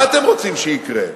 מה אתם רוצים שיקרה?